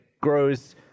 grows